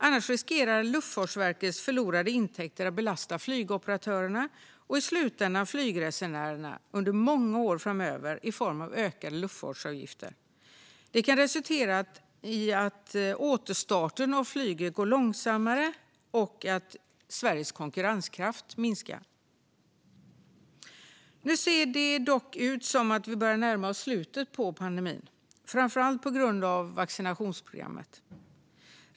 Annars riskerar Luftfartsverkets förlorade intäkter att belasta flygoperatörerna och i slutändan flygresenärerna under många år framöver i form av ökade luftfartsavgifter. Det kan resultera i att återstarten av flyget går långsammare och att Sveriges konkurrenskraft minskar. Nu ser vi dock ut att börja närma oss slutet på pandemin, framför allt på grund av vaccinationsprogrammet.